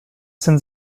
sind